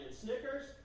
Snickers